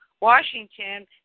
Washington